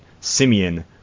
Simeon